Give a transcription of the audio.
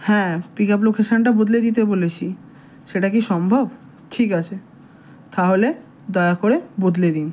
হ্যাঁ pick up লোকেশানটা বদলে দিতে বলেছি সেটা কি সম্ভব ঠিক আছে তাহলে দয়া করে বদলে দিন